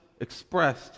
expressed